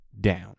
down